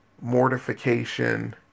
mortification